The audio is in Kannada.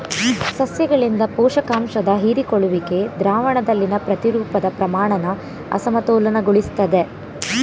ಸಸ್ಯಗಳಿಂದ ಪೋಷಕಾಂಶದ ಹೀರಿಕೊಳ್ಳುವಿಕೆ ದ್ರಾವಣದಲ್ಲಿನ ಪ್ರತಿರೂಪದ ಪ್ರಮಾಣನ ಅಸಮತೋಲನಗೊಳಿಸ್ತದೆ